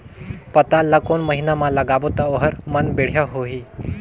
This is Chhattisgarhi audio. पातल ला कोन महीना मा लगाबो ता ओहार मान बेडिया होही?